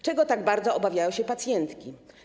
Czego tak bardzo obawiają się pacjentki?